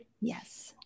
Yes